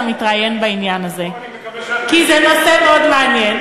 מתראיין בעניין הזה כי זה נושא מאוד מעניין,